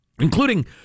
Including